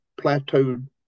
plateaued